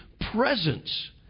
presence